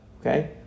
Okay